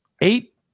eight